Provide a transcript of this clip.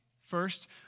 first